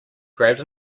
grabbed